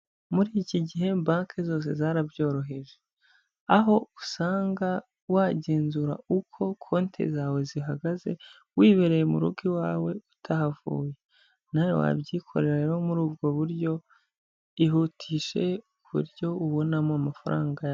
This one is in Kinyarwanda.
Muri iki gihe banki zose zarabyoroheje, aho usanga wagenzura uko konti zawe zihagaze wibereye mu rugo iwawe utahavuye. Nawe wabyikorera rero muri ubwo buryo ihutishe uburyo ubonamo amafaranga ya...